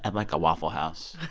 and like, a waffle house